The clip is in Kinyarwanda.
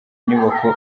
nyubako